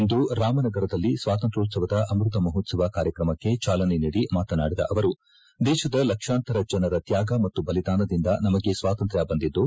ಇಂದು ರಾಮನಗರದಲ್ಲಿ ಸ್ವಾತಂತ್ರೋತ್ಸವದ ಅಮೃತ ಮಹೋತ್ಸವ ಕಾರ್ಯಕ್ರಮಕ್ಕೆ ಚಾಲನೆ ನೀಡಿ ಮಾತನಾಡಿದ ಅವರು ದೇಶದ ಲಕ್ಷಾಂತರ ಜನರ ತ್ಯಾಗ ಮತ್ತು ಬಲಿದಾನದಿಂದ ನಮಗೆ ಸ್ವಾತಂತ್ರ್ಮ ಬಂದಿದ್ದು